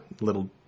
little